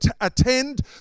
attend